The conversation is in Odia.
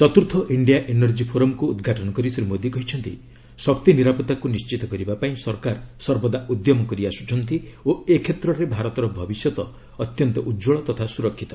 ଚତୁର୍ଥ ଇଣ୍ଡିଆ ଏନର୍ଜି ଫୋରମକୁ ଉଦ୍ଘାଟନ କରି ଶ୍ରୀ ମୋଦୀ କହିଛନ୍ତି ଶକ୍ତି ନିରାପଭାକୁ ନିଶ୍ଚିତ କରିବା ପାଇଁ ସରକାର ସର୍ବଦା ଉଦ୍ୟମ କରିଆସୁଛନ୍ତି ଓ ଏ କ୍ଷେତ୍ରରେ ଭାରତର ଭବିଷ୍ୟତ ଅତ୍ୟନ୍ତ ଉଜ୍ଜଳ ତଥା ସୁରକ୍ଷିତ